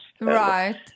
right